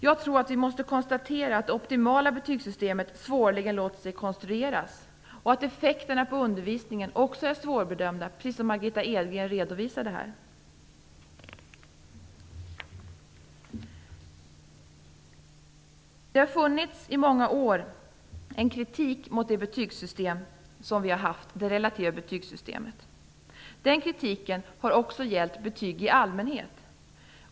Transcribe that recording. Jag tror att vi måste konstatera att det optimala betygssystemet svårligen låter sig konstrueras och att effekterna på undervisningen också är svårbedömda, precis som Margitta Edgren här redovisade. I många år har det funnits en kritik mot det betygssystem som vi har haft - det relativa betygssystemet. Den kritiken har också gällt betyg i allmänhet.